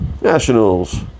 Nationals